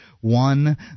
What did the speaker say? one